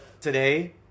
today